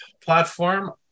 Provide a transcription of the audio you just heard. platform